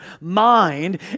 mind